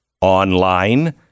online